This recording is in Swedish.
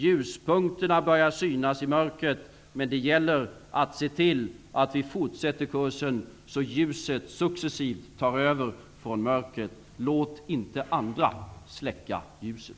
Ljuspunkterna börjar synas i mörkret, men det gäller att se till att vi fortsätter kursen, så att ljuset successivt tar över från mörkret. Låt inte andra släcka ljuset!